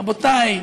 רבותי,